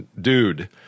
dude